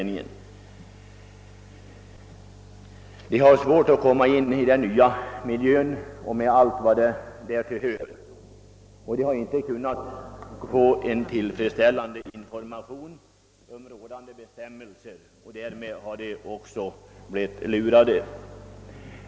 De har haft svårt att anpassa sig i den nya miljön med allt vad därtill hör, och de har inte kunnat få en tillfredsställande information om rådande bestämmelser, och de har därför också ibland kunnat bli lurade.